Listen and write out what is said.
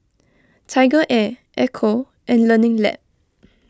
TigerAir Ecco and Learning Lab